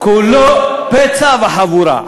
כולו פצע וחבורה.